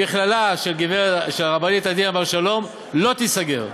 המכללה של הרבנית עדינה בר-שלום לא תיסגר.